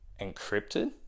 encrypted